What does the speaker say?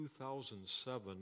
2007